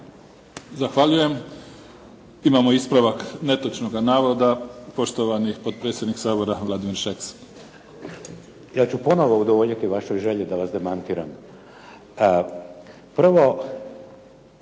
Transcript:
Zahvaljujem. Imamo ispravak netočnoga navoda, poštovani potpredsjednik Sabora Vladimir Šeks. **Šeks, Vladimir (HDZ)** Ja ću ponovo udovoljiti vašoj želji da vas demantiram. A prvo,